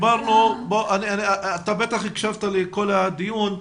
אתה בטח הקשבת לדיון.